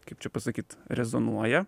kaip čia pasakyt rezonuoja